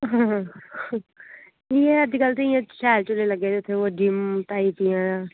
हां एह् अज्जकल ते इ'यां शैल चलन लग्गे दे